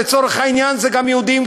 לצורך העניין זה גם יהודים,